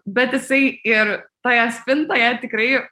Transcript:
bet jisai ir toje spintoje tikrai